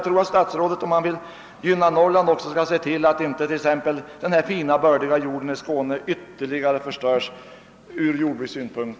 Om statsrådet vill gynna Norrland, bör han också se till att inte den bördiga jorden i Skåne ytterligare förstörs från jordbrukets synpunkt.